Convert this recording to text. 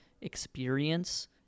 experience